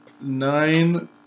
nine